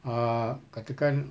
err katakan